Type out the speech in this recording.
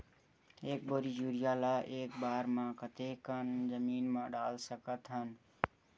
एक बोरी यूरिया ल एक बार म कते कन जमीन म डाल सकत हन?